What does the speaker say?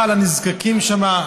העזרה לנזקקים שם,